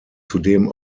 zudem